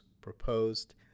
proposed